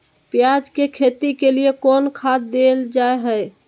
प्याज के खेती के लिए कौन खाद देल जा हाय?